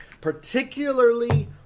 particularly